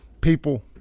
people